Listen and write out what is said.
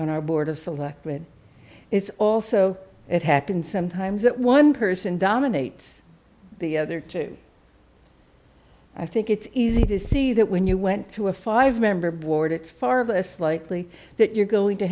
on our board of selectmen it's also it happens sometimes that one person dominates the other two i think it's easy to see that when you went to a five member board it's far less likely that you're going to